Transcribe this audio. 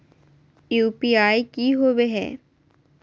UPI की होवे है?